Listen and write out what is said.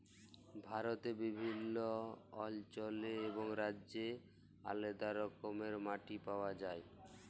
ভারতে বিভিল্ল্য অল্চলে এবং রাজ্যে আলেদা রকমের মাটি পাউয়া যায়